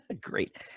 great